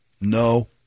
No